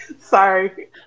Sorry